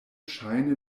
ŝajne